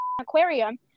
aquarium